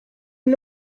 you